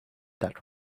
that